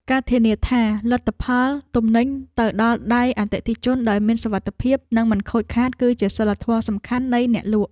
ការធានាថា លទ្ធផលទំនិញទៅដល់ដៃអតិថិជនដោយមានសុវត្ថិភាពនិងមិនខូចខាត គឺជាសីលធម៌ដ៏សំខាន់នៃអ្នកលក់។